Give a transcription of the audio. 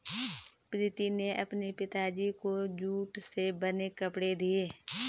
प्रीति ने अपने पिताजी को जूट से बने कपड़े दिए